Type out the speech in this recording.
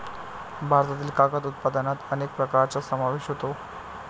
भारतातील कागद उत्पादनात अनेक प्रकारांचा समावेश होतो